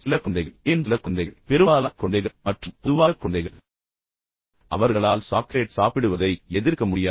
சில குழந்தைகள் ஏன் சில குழந்தைகள் பெரும்பாலான குழந்தைகள் மற்றும் பொதுவாக குழந்தைகள் அவர்களால் சாக்லேட் சாப்பிடுவதை எதிர்க்க முடியாது